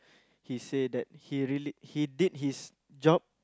he say that he really he did his job